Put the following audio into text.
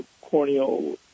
corneal